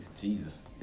Jesus